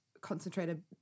concentrated